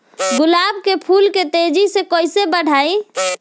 गुलाब के फूल के तेजी से कइसे बढ़ाई?